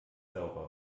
sauber